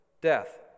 death